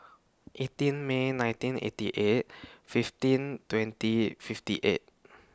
eighteen May nineteen eighty eight fifteen twenty fifty eight